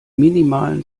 minimalen